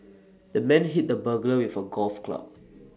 the man hit the burglar with A golf club